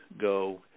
go